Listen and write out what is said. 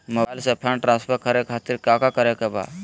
Mobile से fund transfer खातिर काका करे के बा?